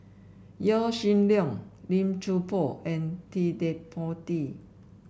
Yaw Shin Leong Lim Chuan Poh and Ted De Ponti